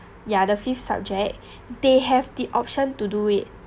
ya the fifth subject they have the option to do it